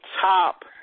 top